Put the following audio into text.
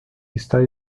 está